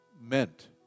meant